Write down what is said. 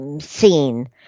scene